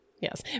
yes